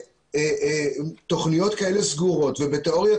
בתוכניות כאלה סגורות ובתיאוריות